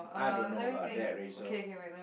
I don't know about that Rachel